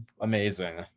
amazing